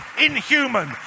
inhuman